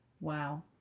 Wow